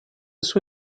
sua